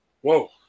Whoa